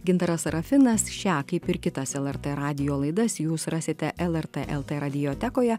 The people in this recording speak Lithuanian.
gintaras serafinas šią kaip ir kitas lrt radijo laidas jūs rasite lrt lt radiotekoje